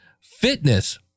Fitness